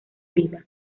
viva